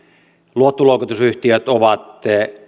luottoluokitusyhtiöt ovat